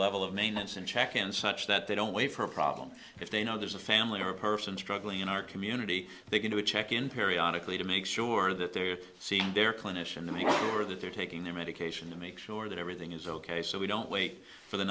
level of maintenance in check and such that they don't wait for a problem if they know there's a family or a person struggling in our community they can do a check in periodic lee to make sure that they're seeing their clinician to make sure that they're taking their medication to make sure that everything is ok so we don't wait for the